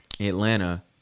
Atlanta